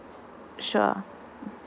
sure mm